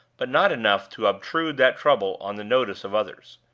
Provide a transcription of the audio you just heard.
but not enough to obtrude that trouble on the notice of others.